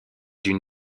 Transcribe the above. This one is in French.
d’une